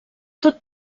tot